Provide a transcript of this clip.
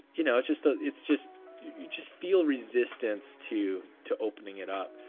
you know, it's just ah it's just you just feel resistance to to opening it up.